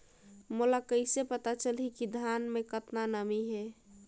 मोला कइसे पता चलही की धान मे कतका नमी हे?